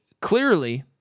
clearly